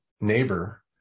Neighbor